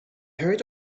heard